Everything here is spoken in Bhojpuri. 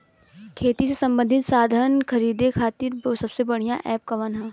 खेती से सबंधित साधन खरीदे खाती सबसे बढ़ियां एप कवन ह?